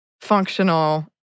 functional